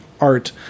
art